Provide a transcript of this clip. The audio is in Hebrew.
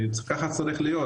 ככה צריך להיות,